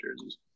jerseys